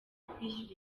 kwishyura